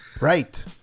Right